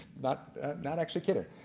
not not actually kidding,